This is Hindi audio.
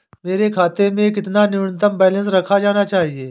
मेरे खाते में कितना न्यूनतम बैलेंस रखा जाना चाहिए?